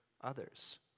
others